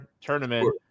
tournament